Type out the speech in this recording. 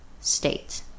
state